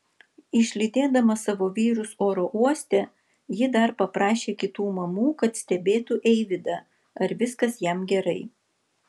išlydėdama savo vyrus oro uoste ji dar paprašė kitų mamų kad stebėtų eivydą ar viskas jam gerai